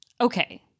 Okay